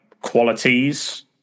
qualities